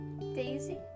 Daisy